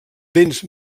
vents